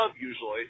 usually